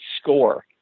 SCORE